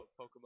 pokemon